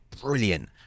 brilliant